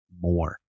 more